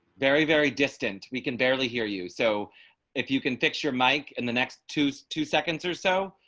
very, very distant, we can barely hear you. so if you can fix your mic in the next to two seconds or so,